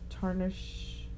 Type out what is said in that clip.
Tarnish